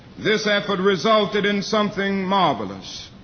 this effort resulted in something marvelous.